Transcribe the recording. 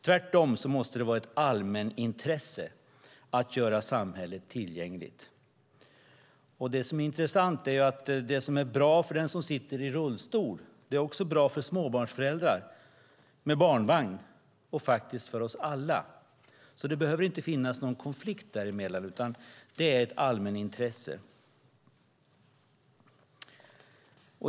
Tvärtom måste det vara ett allmänintresse att göra samhället tillgängligt. Det som är intressant är att det som är bra för den som sitter i rullstol är också bra för småbarnföräldrar med barnvagn och faktiskt för oss alla. Det behöver alltså inte finnas någon konflikt där emellan, utan det är ett allmänintresse.